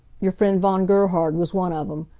your friend von gerhard was one of em.